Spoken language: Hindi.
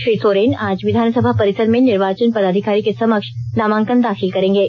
श्री सोरेन आज विधानसभा परिसर में निर्वाचन पदाधिकारी के समक्ष नामांकन दाखिल करेंगे